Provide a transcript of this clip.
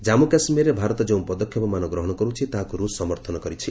ଜାମ୍ମୁ କାଶ୍କୀରରେ ଭାରତ ଯେଉଁ ପଦକ୍ଷେପମାନ ଗ୍ରହଣ କରୁଛି ତାହାକୁ ରୁଷ ସମର୍ଥନ କରିଛି